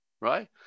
right